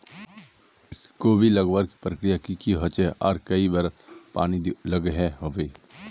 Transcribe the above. कोबी लगवार प्रक्रिया की की होचे आर कई बार पानी लागोहो होबे?